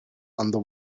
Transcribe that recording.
under